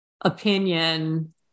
opinion